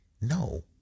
No